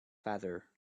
father